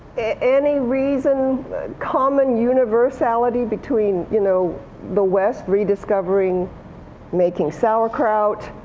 any reason common universality between you know the west rediscovering making sauerkraut,